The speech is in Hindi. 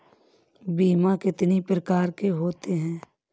बीमा कितनी प्रकार के होते हैं?